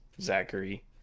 Zachary